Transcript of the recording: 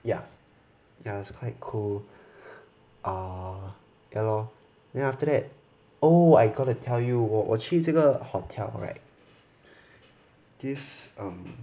ya ya it's quite cool err yah lor then after that oh I gotta tell you 我我去这个 hotel [right] this um